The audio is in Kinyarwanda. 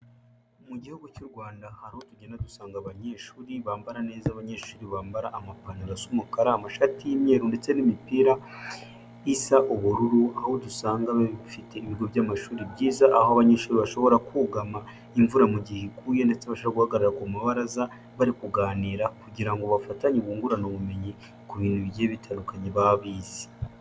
Mu Gihugu cy'u Rwanda hari aho tugenda dusanga abanyeshuri bambara neza, abanyeshuri bambara amapantaro asa umukara, amashati y'imyeru ndetse n'imipira isa ubururu, aho dusanga bifite ibigo by'amashuri byiza ,aho abanyeshuri bashobora kugama imvura mu gihe iguye, ndetse babasha guhagarara ku mabaraza bari kuganira ,kugira ngo bafatanye bungurane ubumenyi, ku bintu bigiye bitandukanye baba bize.